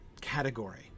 category